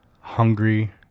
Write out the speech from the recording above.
hungry